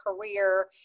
career